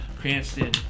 Cranston